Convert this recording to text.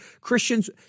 Christians